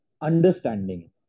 understanding